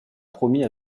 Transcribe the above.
promis